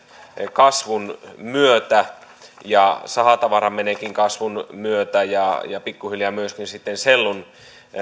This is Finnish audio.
kasvun myötä ja sahatavaran menekin kasvun myötä ja pikkuhiljaa myöskin sitten sellunkeiton